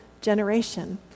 generation